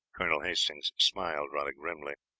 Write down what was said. colonel hastings smiled rather grimly.